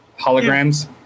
holograms